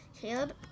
Caleb